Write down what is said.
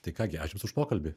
tai ką gi ačiū jums už pokalbį